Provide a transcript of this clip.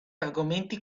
argomenti